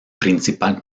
principal